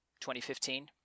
2015